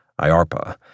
IARPA